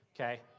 Okay